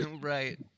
right